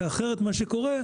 כי אחרת מה שקורה,